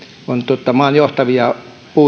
on maan johtavia